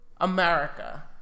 America